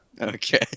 Okay